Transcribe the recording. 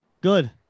Good